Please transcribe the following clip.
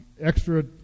Extra